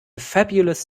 fabulous